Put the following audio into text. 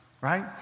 right